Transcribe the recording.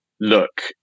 look